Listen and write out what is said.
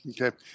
Okay